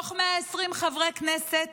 מתוך 120 חברי כנסת,